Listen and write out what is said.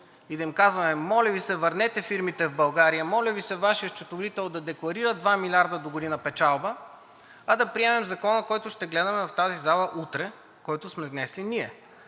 и да им казваме: моля Ви се, върнете фирмите в България, моля Ви се, Вашият счетоводител да декларира 2 милиарда догодина печалба, а да приемем Закона, който ще гледаме в тази зала утре, който сме внесли ние.